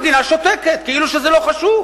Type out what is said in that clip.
המדינה שותקת כאילו זה לא חשוב.